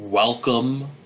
Welcome